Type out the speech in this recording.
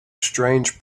strange